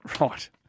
Right